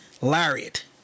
Lariat